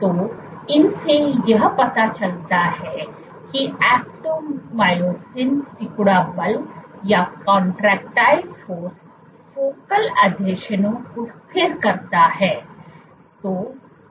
तो इन से यह पता चलता है कि एक्टोमीसिन सिकुड़ा बल फोकल आसंजनों को स्थिर कर रहा है